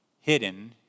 hidden